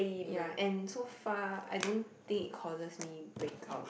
ya and so far I don't think it causes me breakouts